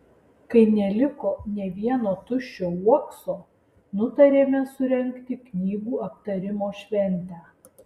kai neliko nė vieno tuščio uokso nutarėme surengti knygų aptarimo šventę